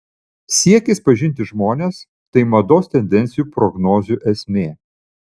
siekis pažinti žmones tai mados tendencijų prognozių esmė